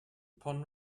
upon